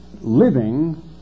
living